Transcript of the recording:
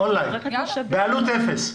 און-ליין, בעלות אפס.